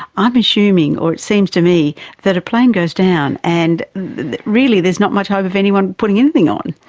i'm assuming or it seems to me that a plane goes down and really there's not much hope of anyone putting anything on.